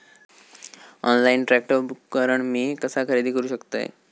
Online tractor उपकरण मी कसा खरेदी करू शकतय?